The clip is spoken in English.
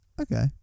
Okay